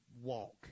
walk